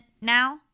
now